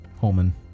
Holman